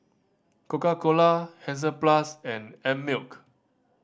Coca Cola Hansaplast and Einmilk